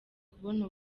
kubona